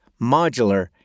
modular